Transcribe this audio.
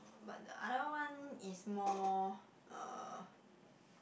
but the other one is more uh